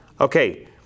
Okay